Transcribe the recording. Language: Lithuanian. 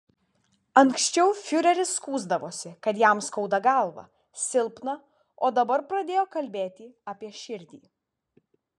anksčiau fiureris skųsdavosi kad jam skauda galvą silpna o dabar pradėjo kalbėti apie širdį